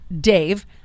Dave